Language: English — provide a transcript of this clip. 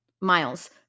miles